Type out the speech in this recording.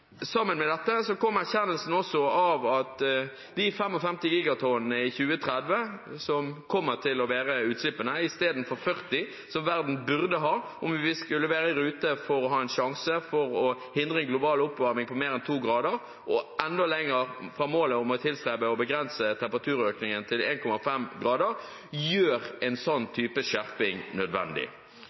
Sammen med dette kom erkjennelsen av at de 55 gigatonnene i 2030, som kommer til å være utslippene istedenfor 40 gigatonn, som verden burde ha om vi skulle vært i rute for å ha en sjanse til å hindre global oppvarming på mer enn 2 grader – og enda lenger fra målet om 1,5 grader – gjør en slik type skjerping nødvendig.